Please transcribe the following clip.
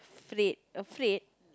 afraid afraid